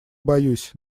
боюсь